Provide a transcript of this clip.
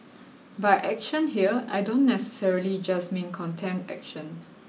by action here I don't necessarily just mean contempt action